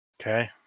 Okay